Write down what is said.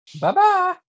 Bye-bye